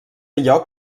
lloc